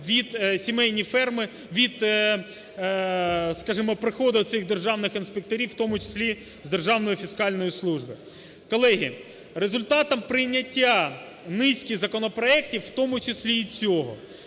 від, сімейні ферми, від, скажімо, приходу цих державних інспекторів в тому числі з Державної фіскальної служби. Колеги, результатом прийняття низки законопроектів, в тому числі і цього,